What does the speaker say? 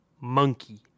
Monkey